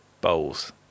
Bowls